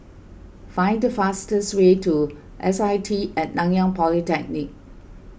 find the fastest way to S I T at Nanyang Polytechnic